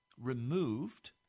removed